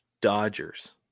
Dodgers